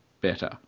better